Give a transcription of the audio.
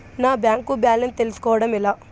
నా bank balance తెలుస్కోవడం ఎలా?